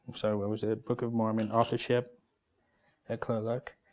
so what was it? book of mormon authorship a closer look